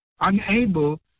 unable